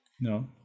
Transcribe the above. No